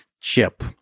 chip